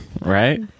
Right